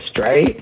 right